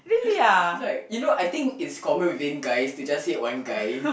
it's like you know I think it's common within guys to just said one guy